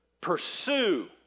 Pursue